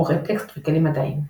עורכי טקסט וכלים מדעיים.